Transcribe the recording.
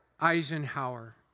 Eisenhower